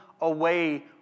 away